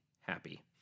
happy